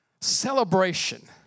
Celebration